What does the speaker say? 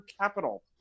Capital